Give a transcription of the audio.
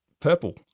purple